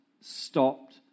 stopped